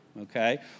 okay